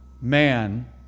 man